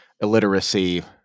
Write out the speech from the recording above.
illiteracy